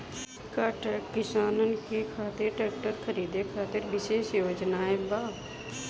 का किसानन के खातिर ट्रैक्टर खरीदे खातिर विशेष योजनाएं बा?